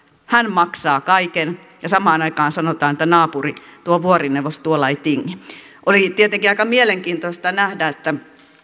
maksaa kaiken ja samaan aikaan sanotaan että naapuri tuo vuorineuvos tuolla ei tingi oli tietenkin aika mielenkiintoista nähdä että